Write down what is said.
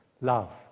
love